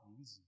easy